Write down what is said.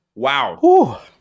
Wow